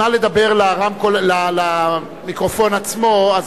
נא לדבר למיקרופון עצמו.